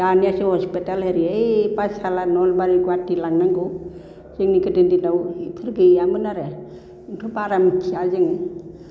दानियासो हस्पिटाल एरि है पाठसाला नलबारि गुवाहाटि लांनांगौ जोंनि गोदोनि दिनाव इदि गैयामोन आरो आंथ' बारा मिथिया जोङो